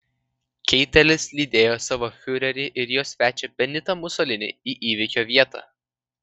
keitelis lydėjo savo fiurerį ir jo svečią benitą musolinį į įvykio vietą